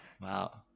Wow